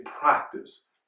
practice